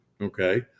Okay